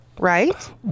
Right